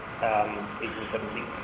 1817